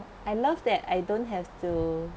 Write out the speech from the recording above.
I love that I don't have to